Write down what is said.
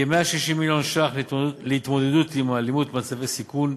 כ-160 מיליון ש"ח להתמודדות עם האלימות במצבי סיכון,